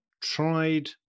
tried